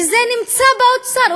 כי זה נמצא באוצר,